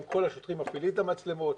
האם כל השוטרים מפעילים את המצלמות,